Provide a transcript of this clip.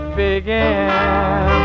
begin